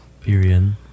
Period